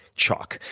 chalk.